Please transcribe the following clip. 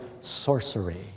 sorcery